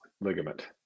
ligament